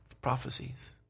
prophecies